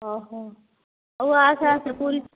ଓହୋ ହଉ ଆସେ ଆସେ ପୁରୀ